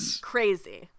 Crazy